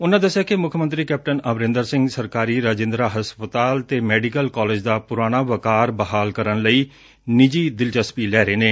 ਉਨਾਂ ਦਸਿਆ ਕਿ ਮੁੱਖ ਮੰਤਰੀ ਕੈਪਟਨ ਅਮਰੰਦਰ ਸਿੰਘ ਸਰਕਾਰੀ ਰਾਜਿੰਦਰਾ ਹਸਪਤਾਲ ਤੇ ਮੈਡੀਕਲ ਕਾਲਜ ਦਾ ਪੁਰਾਣਾ ਵਕਾਰ ਬਹਾਲ ਕਰਨ ਲਈ ਨਿੱਜੀ ਦਿਲਚਸਪੀ ਲੈ ਰਹੇ ਨੇ